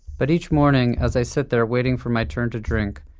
but each morning, as i sit there waiting for my turn to drink,